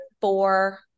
four